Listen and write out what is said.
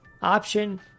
Option